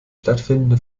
stattfindende